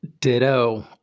Ditto